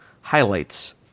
highlights